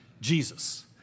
Jesus